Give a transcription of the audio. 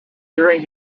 during